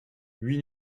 huit